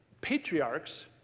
patriarchs